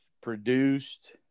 produced –